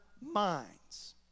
minds